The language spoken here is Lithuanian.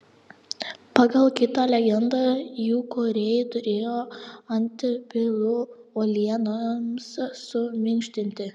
pagal kitą legendą jų kūrėjai turėjo antpilų uolienoms suminkštinti